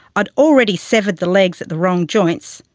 i'd already severed the legs at the wrong joints,